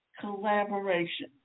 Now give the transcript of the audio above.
collaboration